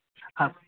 آپ